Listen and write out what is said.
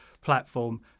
platform